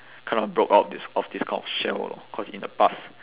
kind of broke out this of this kind of shell lor cause in the past